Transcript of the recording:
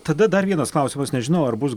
tada dar vienas klausimas nežinau ar bus